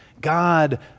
God